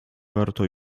warto